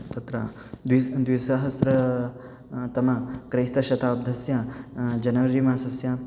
तत्र द्वि द्विसहस्रतम क्रैस्तशताब्दस्य जनवरी मासस्य